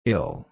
Ill